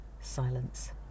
silence